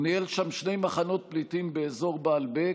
הוא ניהל שם שני מחנות פליטים באזור בעלבכ,